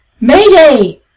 Mayday